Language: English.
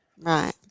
Right